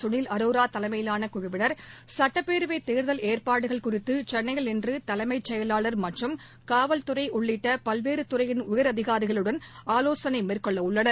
குளில் அரோராதலைமையிவானகுழுவினர் சட்டப்பேரவைதேர்தல் ஏற்பாடுகள் குறித்து சென்னையில் இன்றுதலைமச் செயலாளர் மற்றும் காவல்துறைஉள்ளிட்டபல்வேறுதுறையின் உயரதிகாரிகளுடன் ஆலோசனைநடத்தவுள்ளனர்